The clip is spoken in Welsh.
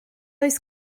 oes